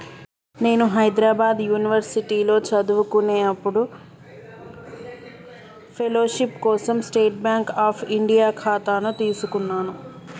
నేను హైద్రాబాద్ యునివర్సిటీలో చదువుకునేప్పుడు ఫెలోషిప్ కోసం స్టేట్ బాంక్ అఫ్ ఇండియా ఖాతాను తీసుకున్నాను